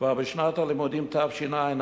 כבר בשנת הלימודים תשע"א,